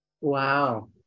wow